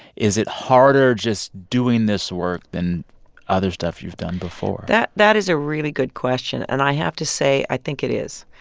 is it harder just doing this work than other stuff you've done before? that that is a really good question. and i have to say, i think it is,